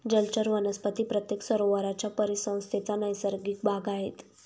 जलचर वनस्पती प्रत्येक सरोवराच्या परिसंस्थेचा नैसर्गिक भाग आहेत